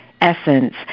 essence